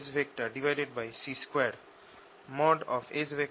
S